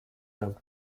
from